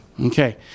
Okay